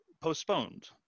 postponed